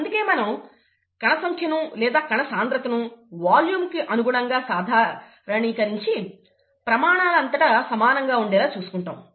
అందుకనే మనం కణసంఖ్యను లేదా కణసాంద్రత ను వాల్యూమ్ కు అనుగుణంగా సాధారణీకరించి ప్రమాణాల అంతటా సమానంగా ఉండేలా చూసుకుంటాము